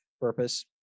purpose